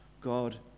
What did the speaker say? God